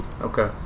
okay